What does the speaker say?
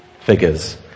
figures